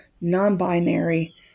non-binary